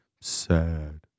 Sad